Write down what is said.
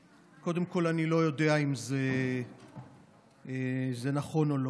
קודם כול, אני לא יודע אם זה נכון או לא.